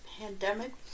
pandemic